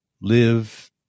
live